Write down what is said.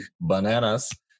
bananas